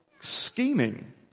scheming